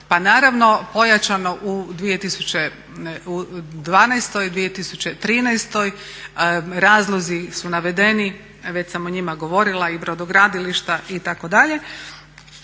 pa naravno pojačano u 2012., 2013. Razlozi su navedeni, već sam o njima govorila i brodogradilišta itd. ali